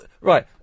right